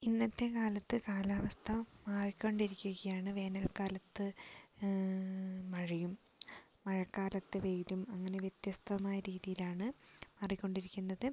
ഇന്നത്തെക്കാലത്ത് കാലാവസ്ഥ മാറിക്കൊണ്ടിരിക്കുകയാണ് വേനൽക്കാലത്ത് മഴയും മഴക്കാലത്ത് വെയിലും അങ്ങനെ വ്യത്യസ്തമായ രീതിയിലാണ് മാറിക്കൊണ്ടിരിക്കുന്നത്